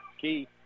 key